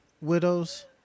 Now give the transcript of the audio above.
Widows